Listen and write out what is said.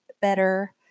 better